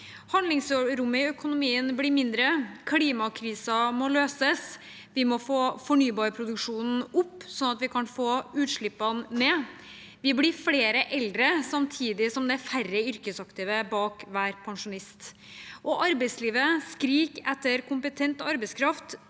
Handlingsrommet i økonomien blir mindre, klimakrisen må løses, vi må få fornybarproduksjonen opp, sånn at vi kan få utslippene ned, vi blir flere eldre, samtidig som det er færre yrkesaktive bak hver pensjonist, og arbeidslivet skriker etter kompetent arbeidskraft,